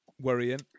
Worrying